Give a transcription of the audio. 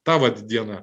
ta vat diena